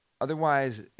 Otherwise